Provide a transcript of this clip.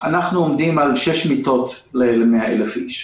אנחנו עומדים על 6 מיטות ל-100,000 איש.